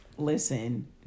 Listen